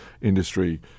industry